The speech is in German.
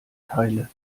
teile